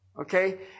Okay